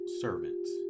servants